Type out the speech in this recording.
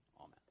Amen